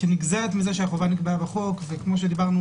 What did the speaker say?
כנגזרת מזה שהחובה נקבעה בחוק וכפי שדיברנו